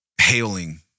hailing